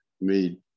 made